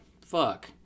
fuck